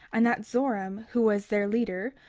and that zoram, who was their leader,